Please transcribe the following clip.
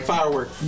Firework